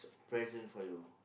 present for you